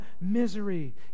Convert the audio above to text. misery